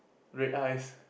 red eyes